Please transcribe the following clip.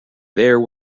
there